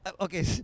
okay